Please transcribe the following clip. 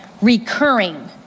recurring